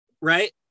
right